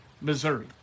Missouri